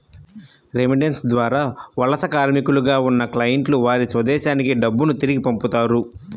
remittance ద్వారా వలస కార్మికులుగా ఉన్న క్లయింట్లు వారి స్వదేశానికి డబ్బును తిరిగి పంపుతారు